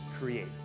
create